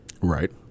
Right